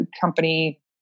company